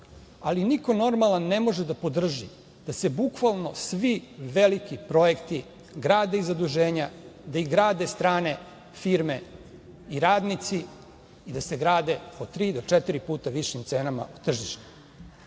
ali niko normalan ne može da podrži da se bukvalno svi veliki projekti grade iz zaduženja, da ih grade strane firme i radnici i da se grade po tri, četiri puta višim cena od tržišnih.